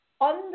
on